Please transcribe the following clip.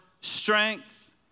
strength